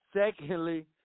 Secondly